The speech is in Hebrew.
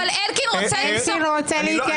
אבל אלקין רוצה להתייחס.